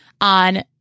on